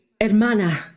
hermana